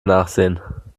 nachsehen